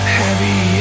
heavy